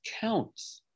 counts